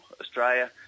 Australia